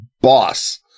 boss